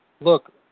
Look